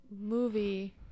movie